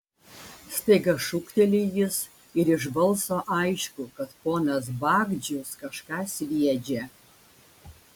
staiga šūkteli jis ir iš balso aišku kad ponas bagdžius kažką sviedžia